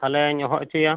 ᱛᱟᱦᱚᱞᱮᱧ ᱦᱚᱦᱚ ᱦᱚᱪᱚᱭᱟ